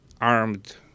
armed